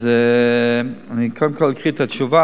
אז אני קודם כול אקרא את התשובה,